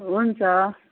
हुन्छ